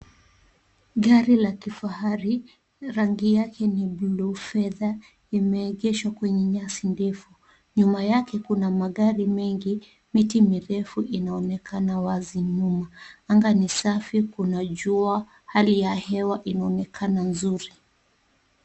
Gari la kifahari rangi yake ni bluu fedha, imeegeshwa kwenye nyasi ndefu ,nyuma yake kuna magari mengi miti mirefu inaonekana wazi nyuma ,anga ni safi ,kuna jua hali ya hewa inaonekana nzuri .